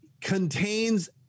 contains